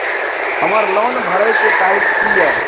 हमर लोन भरए के तारीख की ये?